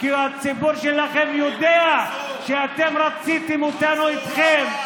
כי הציבור שלכם יודע שאתם רציתם אותנו איתכם.